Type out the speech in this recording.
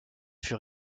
fut